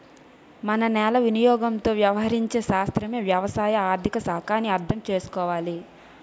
మన నేల వినియోగంతో వ్యవహరించే శాస్త్రమే వ్యవసాయ ఆర్థిక శాఖ అని అర్థం చేసుకోవాలి